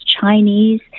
Chinese